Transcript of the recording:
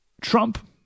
Trump